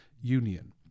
Union